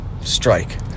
Strike